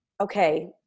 okay